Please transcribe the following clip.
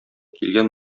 килгән